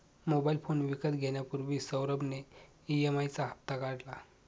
mobile phone विकत घेण्यापूर्वी सौरभ ने ई.एम.आई चा हप्ता काढला